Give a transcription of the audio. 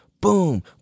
boom